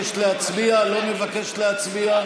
לא מבקשת להצביע.